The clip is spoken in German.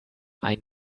ein